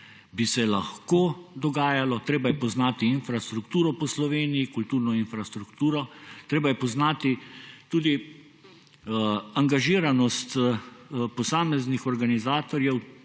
bi se lahko dogajalo, treba je poznati infrastrukturo po Sloveniji, kulturno infrastrukturo, treba je poznati tudi angažiranost posameznih organizatorjev,